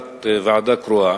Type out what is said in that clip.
ועדה קרואה,